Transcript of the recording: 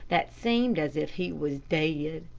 that seemed as if he was dead.